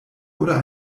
oder